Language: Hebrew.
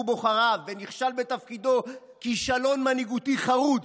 בוחריו ונכשל בתפקידו כישלון מנהיגותי חרוץ,